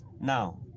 Now